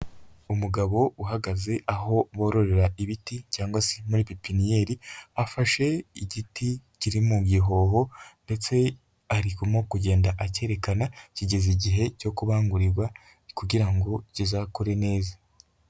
Umugabo uhagaze aho bororera ibiti cyangwa se muri pepiniyeri, afashe igiti kiri mu gihoho ndetse arimo kugenda akererekana, kigeze igihe cyo kubangurirwa kugira ngo kizakore neza.